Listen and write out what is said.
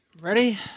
Ready